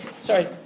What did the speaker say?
sorry